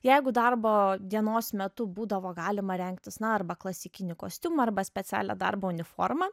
jeigu darbo dienos metu būdavo galima rengtis na arba klasikinį kostiumą arba specialią darbo uniformą